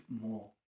more